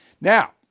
Now